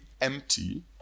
empty